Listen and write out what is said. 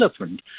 elephant